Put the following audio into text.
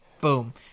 Boom